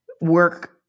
work